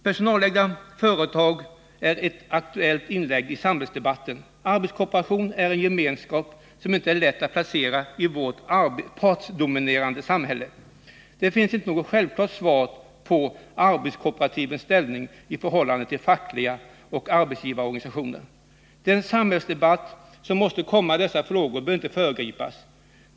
Personalägda företag är aktuella i samhällsdebatten. Arbetskooperativen är en gemenskap som inte är så lätt att placera rätt i vårt partidominerade samhälle. Det finns inte något självklart svar på arbetskooperativens ställning i förhållande till fackliga organisationer och arbetsgivareorganisationer. Den samhällsdebatt som måste komma i dessa frågor bör inte föregripas.